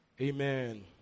Amen